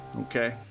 okay